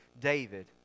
David